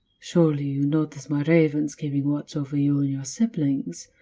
surely, you noticed my ravens keeping watch over you and your siblings,